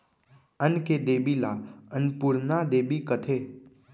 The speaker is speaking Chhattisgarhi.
अन्न के देबी ल अनपुरना देबी कथें